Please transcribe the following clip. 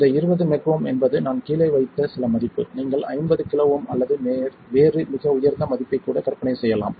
இந்த 20 MΩ என்பது நான் கீழே வைத்த சில மதிப்பு நீங்கள் 50 KΩ அல்லது வேறு மிக உயர்ந்த மதிப்பைக் கூட கற்பனை செய்யலாம்